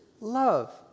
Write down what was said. love